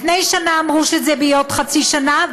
לפני שנה אמרו שזה יהיה בעוד חצי שנה,